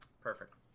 Perfect